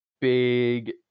big